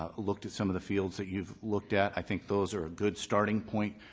ah looked at some of the fields that you've looked at. i think those are a good starting point.